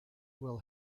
will